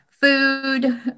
food